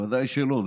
בוודאי שלא.